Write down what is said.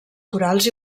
corals